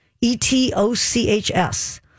E-T-O-C-H-S